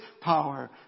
power